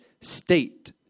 state